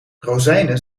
rozijnen